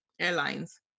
Airlines